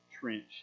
trench